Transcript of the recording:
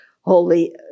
holy